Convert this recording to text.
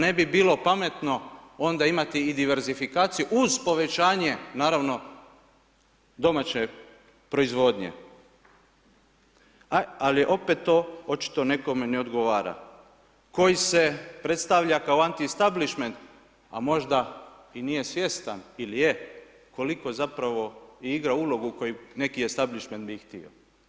Zar ne bi bilo pametno onda imati dizerfikaciju uz povećanje, naravno domaće proizvodnje, ali opet to očito nekome ne odgovara, koji se predstavlja kao anti stablishment a možda nije svjestan ili je, koliko zapravo igra ulogu koji neki i stablishment bi htio.